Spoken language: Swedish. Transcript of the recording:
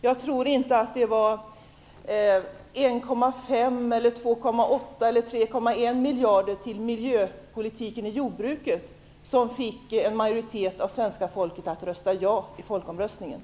Jag tror inte att det var frågan om 1,5 miljarder,